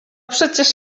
przecież